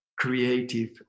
creative